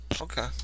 Okay